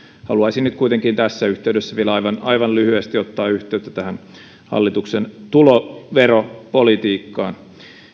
haluaisin nyt kuitenkin tässä yhteydessä vielä aivan aivan lyhyesti ottaa kantaa tähän hallituksen tuloveropolitiikkaan